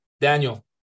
Daniel